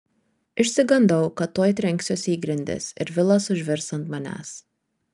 išsigandau kad tuoj trenksiuosi į grindis ir vilas užvirs ant manęs